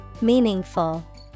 Meaningful